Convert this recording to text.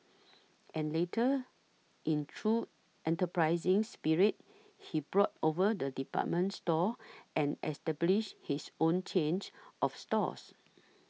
and later in true enterprising spirit he bought over the department store and established his own change of stores